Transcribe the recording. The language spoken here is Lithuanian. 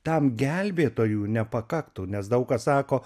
tam gelbėtojų nepakaktų nes daug kas sako